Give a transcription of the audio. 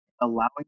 allowing